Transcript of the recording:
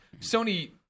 Sony